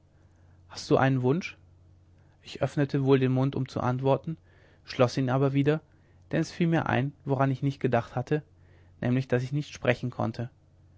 hast du einen wunsch ich öffnete wohl den mund um zu antworten schloß ihn aber wieder denn es fiel mir ein woran ich nicht gedacht hatte nämlich daß ich nicht sprechen konnte